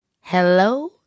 Hello